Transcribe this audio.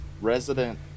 resident